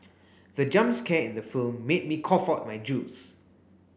the jump scare in the film made me cough out my juice